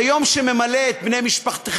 זה יום שממלא את בני משפחתך,